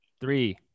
Three